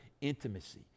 intimacy